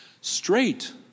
Straight